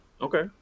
Okay